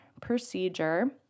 procedure